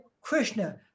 Krishna